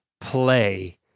play